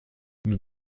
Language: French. nous